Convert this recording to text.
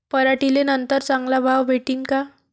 पराटीले नंतर चांगला भाव भेटीन का?